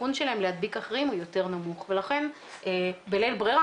הסיכון שלהם להדביק אחרים הוא יותר נמוך ולכן בלית ברירה,